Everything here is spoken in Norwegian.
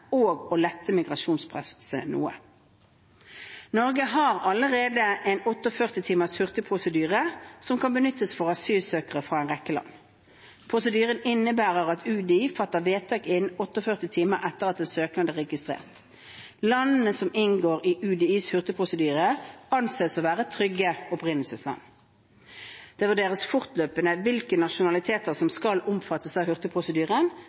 og lette migrasjonspresset noe. Norge har allerede en 48-timers hurtigprosedyre som kan benyttes for asylsøkere fra en rekke land. Prosedyren innebærer at UDI fatter vedtak innen 48 timer etter at en søknad er registrert. Landene som inngår i UDIs hurtigprosedyre, anses å være trygge opprinnelsesland. Det vurderes fortløpende hvilke nasjonaliteter som skal omfattes av hurtigprosedyren,